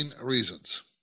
reasons